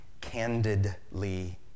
candidly